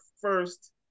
first